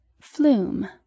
Flume